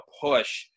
push